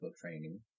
training